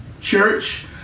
church